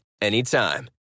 anytime